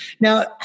Now